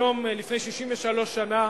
היום לפני 63 שנה